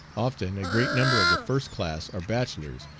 often a great number of the first class are bachelors,